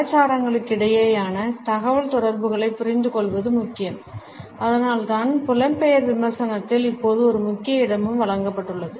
கலாச்சாரங்களுக்கிடையேயான தகவல்தொடர்புகளைப் புரிந்துகொள்வது முக்கியம் அதனால்தான் புலம்பெயர் விமர்சனத்தில் இப்போது ஒரு முக்கிய இடமும் வழங்கப்பட்டுள்ளது